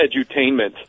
edutainment